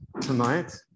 tonight